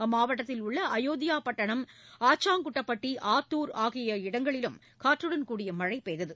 இம்மாவட்டத்தில் உள்ள அயோத்தியா பட்டணம் ஆச்சாங்குட்டப்பட்டி ஆத்தூர் உள்ளிட்ட இடங்களிலும் காற்றுடன் கூடிய மழை பெய்தது